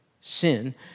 sin